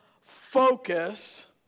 focus